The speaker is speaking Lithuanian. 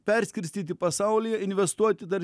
perskirstyti pasaulyje investuoti dar